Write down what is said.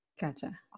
Gotcha